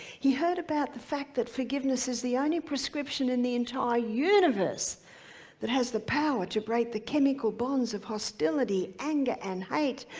he heard about the fact that forgiveness is the only prescription in the entire universe that has the power to break the chemical bonds of hostility, anger and hate.